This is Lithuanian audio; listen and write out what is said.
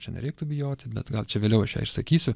čia nereiktų bijoti bet gal čia vėliau aš ją išsakysiu